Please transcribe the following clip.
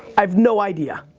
i have no idea.